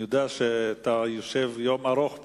אני יודע שאתה יושב פה יום ארוך.